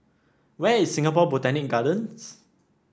where is Singapore Botanic Gardens